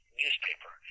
newspaper